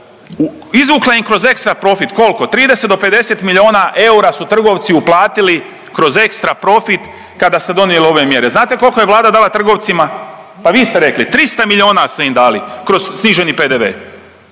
izvukla im kroz ekstra profit, koliko, 30 do 50 miliona eura su trgovci uplatili kroz ekstra profit kada ste donijeli ove mjere. Znate koliko je Vlada dala trgovcima? Pa vi ste rekli, 300 miliona smo im dali kroz sniženi PDV.